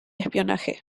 espionaje